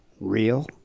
real